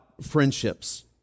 friendships